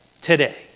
Today